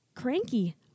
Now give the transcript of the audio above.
Cranky